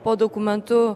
po dokumentu